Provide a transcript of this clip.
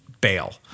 bail